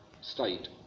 state